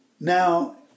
Now